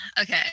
Okay